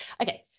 Okay